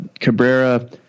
Cabrera